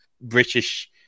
British